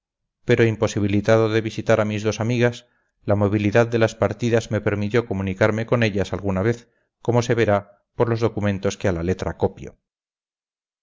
pero imposibilitado de visitar a mis dos amigas la movilidad de las partidas me permitió comunicarme con ellas alguna vez como se verá por los documentos que a la letra copio